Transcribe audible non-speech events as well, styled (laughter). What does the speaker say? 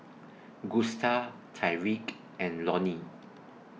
(noise) Gusta Tyrique and Lonie